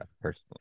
personally